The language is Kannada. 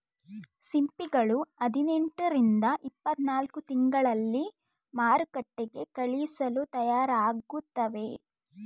ಸಿಂಪಿಗಳು ಹದಿನೆಂಟು ರಿಂದ ಇಪ್ಪತ್ತನಾಲ್ಕು ತಿಂಗಳಲ್ಲಿ ಮಾರುಕಟ್ಟೆಗೆ ಕಳಿಸಲು ತಯಾರಾಗುತ್ತವೆ